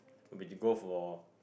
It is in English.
would be to go for